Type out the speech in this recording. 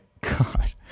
God